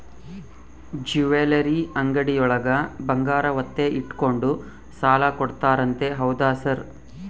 Jewellery ಅಂಗಡಿಯೊಳಗ ಬಂಗಾರ ಒತ್ತೆ ಇಟ್ಕೊಂಡು ಸಾಲ ಕೊಡ್ತಾರಂತೆ ಹೌದಾ ಸರ್?